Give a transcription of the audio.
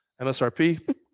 MSRP